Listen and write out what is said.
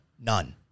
None